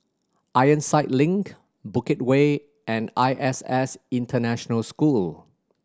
Ironside Link Bukit Way and I S S International School